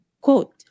Quote